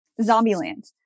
Zombieland